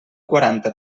quaranta